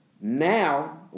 now